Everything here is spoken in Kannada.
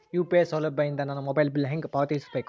ಯು.ಪಿ.ಐ ಸೌಲಭ್ಯ ಇಂದ ನನ್ನ ಮೊಬೈಲ್ ಬಿಲ್ ಹೆಂಗ್ ಪಾವತಿಸ ಬೇಕು?